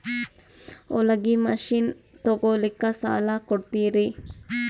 ಹೊಲಗಿ ಮಷಿನ್ ತೊಗೊಲಿಕ್ಕ ಸಾಲಾ ಕೊಡ್ತಿರಿ?